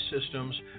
systems